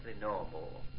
normal